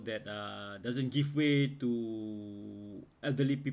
that uh doesn't give way to elderly